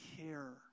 care